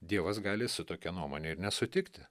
dievas gali su tokia nuomone ir nesutikti